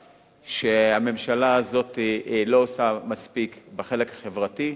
שהממשלה הזאת לא עושה מספיק בחלק החברתי.